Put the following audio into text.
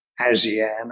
ASEAN